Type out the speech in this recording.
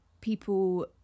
people